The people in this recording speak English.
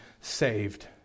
saved